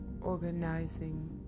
organizing